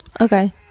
Okay